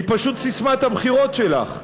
הוא פשוט ססמת הבחירות שלך.